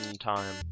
time